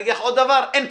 אגיד לך עוד דבר, אין פתרון.